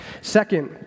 Second